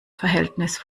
verhältnis